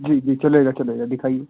जी जी चलेगा चलेगा दिखाइए दिखाइए